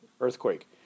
earthquake